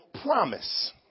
promise